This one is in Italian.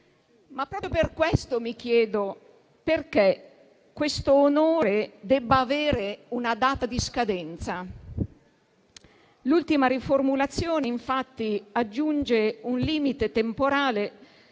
ma proprio per questo mi chiedo perché questo onore debba avere una data di scadenza. L'ultima riformulazione infatti aggiunge un limite temporale